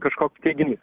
kažkoks teiginys